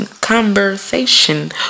conversation